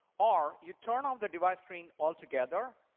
or you turn on the device screen altogether,